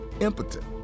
impotent